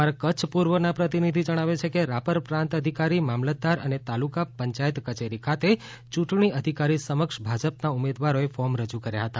અમારા કચ્છ પૂર્વ ના પ્રતિનિધિ જણાવે છે કે રાપર પ્રાંત અધિકારી મામલતદાર અને તાલુકા પંચાયત કચેરી ખાતે યૂંટણી અધિકારી સમક્ષ ભાજપના ઉમેદવારોએ ફોર્મ રજુ કર્યા હતા